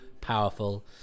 powerful